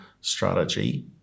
strategy